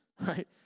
right